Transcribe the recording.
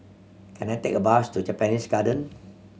can I take a bus to Japanese Garden